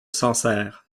sancerre